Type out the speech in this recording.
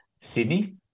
Sydney